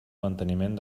manteniment